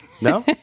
No